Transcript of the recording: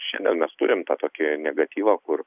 šiandien mes turim tą tokį negatyvą kur